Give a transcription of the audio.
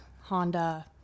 Honda